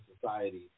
society